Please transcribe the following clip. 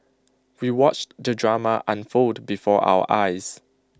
we watched the drama unfold before our eyes